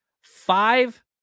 five